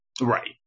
Right